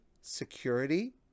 security